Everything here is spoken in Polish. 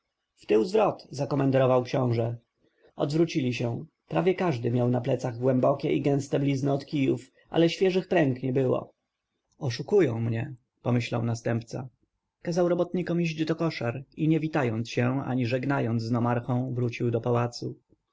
wyraz wtył zwrot zakomenderował książę odwrócili się prawie każdy miał na plecach głębokie i gęste blizny od kijów ale świeżych pręg nie było oszukują mnie pomyślał następca kazał robotnikom iść do koszar i nie witając się ani żegnając z nomarchą wrócił do pałacu